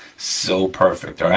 so perfect, all right?